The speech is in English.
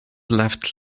left